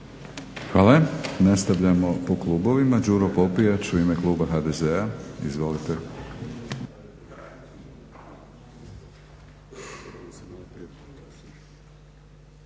Hvala. Nastavljamo po klubovima. Đuro Popijač u ime Kluba HDZ-a. Izvolite.